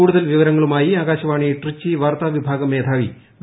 കൂടുതൽ വിവരങ്ങളുമായി ആകാശവാണി ട്രിച്ചി വാർത്താ വിഭാഗം മേധാവി ഡോ